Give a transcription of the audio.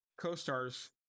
co-stars